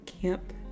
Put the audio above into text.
camp